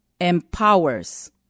empowers